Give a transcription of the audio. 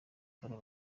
paul